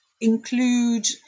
include